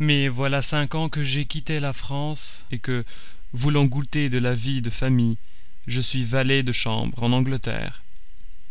mais voilà cinq ans que j'ai quitté la france et que voulant goûter de la vie de famille je suis valet de chambre en angleterre